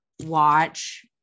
watch